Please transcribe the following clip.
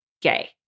gay